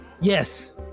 Yes